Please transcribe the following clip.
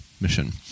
Mission